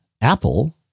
Apple